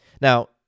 Now